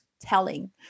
telling